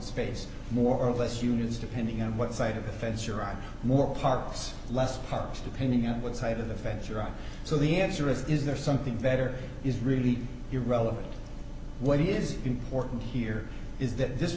space more or less units depending on what side of the fence you're on more parks less cars depending on what side of the fence you're on so the answer is is there something better is really irrelevant what is important here is that this